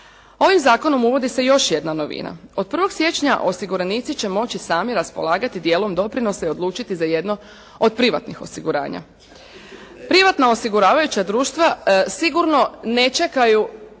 Ovim zakonom uvodi se još jedna novina. Od 1. siječnja osiguranici će moći sami raspolagati djelom doprinosa i odlučiti za jedno od privatnih osiguranja. Privatna osiguravajuća društva sigurno ne čekaju